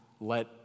let